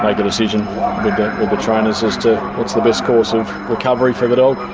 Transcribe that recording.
like a decision with the trainers as to what's the best course of recovery for the dog.